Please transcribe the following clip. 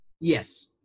Yes